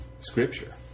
scripture